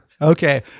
Okay